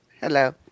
Hello